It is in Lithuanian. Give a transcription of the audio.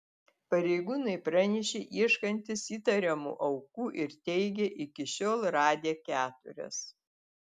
pareigūnai pranešė ieškantys įtariamų aukų ir teigė iki šiol radę keturias